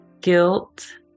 guilt